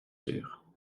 sûre